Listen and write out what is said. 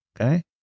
okay